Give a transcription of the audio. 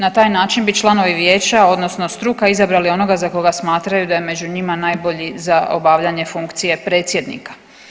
Na taj način bi članovi vijeća odnosno struka izabrali onoga za koga smatraju da je među njima najbolji za obavljanje funkcije predsjednika.